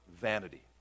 vanity